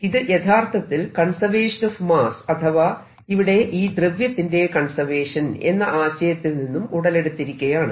ഇത് യഥാർത്ഥത്തിൽ conservation of mass അഥവാ ഇവിടെ ഈ ദ്രവ്യത്തിന്റെ കൺസർവേഷൻ എന്ന ആശയത്തിൽ നിന്നും ഉടലെടുത്തിരിക്കയാണ്